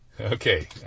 Okay